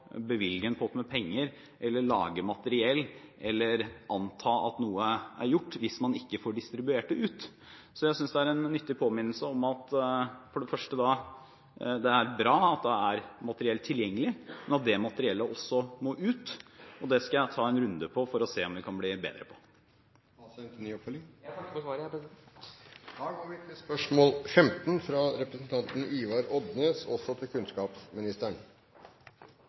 får distribuert det ut. Så jeg synes dette er en nyttig påminnelse om at – for det første – det er bra at det er materiell tilgjengelig, men at det materiellet også må ut, og det skal jeg ta en runde for å se om vi kan bli bedre på.